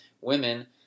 Women